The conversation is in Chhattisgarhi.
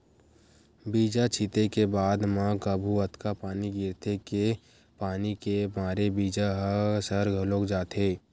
बीजा छिते के बाद म कभू अतका पानी गिरथे के पानी के मारे बीजा ह सर घलोक जाथे